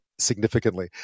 significantly